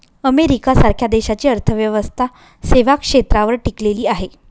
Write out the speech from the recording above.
America सारख्या देशाची अर्थव्यवस्था सेवा क्षेत्रावर टिकलेली आहे